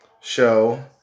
show